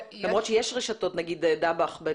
למרות שיש רשתות נגיד דבאח.